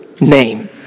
name